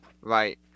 right